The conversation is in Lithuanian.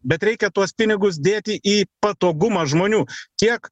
bet reikia tuos pinigus dėti į patogumą žmonių tiek